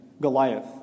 Goliath